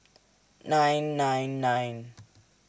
nine nine nine